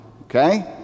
Okay